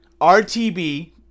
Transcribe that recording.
RTB